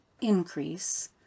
increase